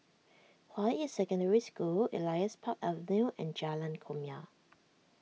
Hua Yi Secondary School Elias Park Avenue and Jalan Kumia